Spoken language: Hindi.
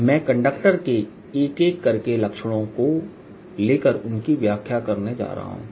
मैं कंडक्टर के एक एक करके लक्षणों को लेकर उनकी व्याख्या करने जा रहा हूं